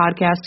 podcast